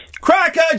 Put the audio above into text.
Cracker